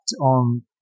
on